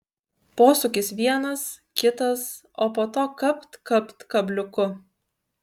posūkis vienas kitas o po to kapt kapt kabliuku